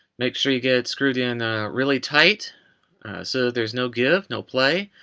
make sure you get it screwed in really tight so there's no give no play.